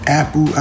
Apple